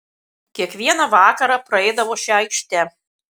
kiekvieną vakarą praeidavo šia aikšte